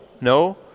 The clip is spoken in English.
no